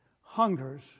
hungers